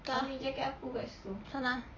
tak ah tak nak ah